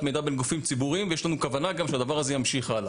מידע בין גופים ציבוריים ויש לנו כוונה גם שהדבר הזה ימשיך הלאה.